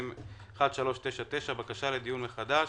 מ/1399 בקשה לדיון מחדש.